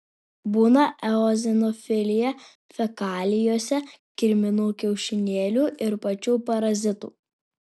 būna eozinofilija fekalijose kirminų kiaušinėlių ir pačių parazitų